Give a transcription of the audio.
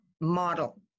model